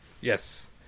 Yes